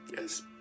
Yes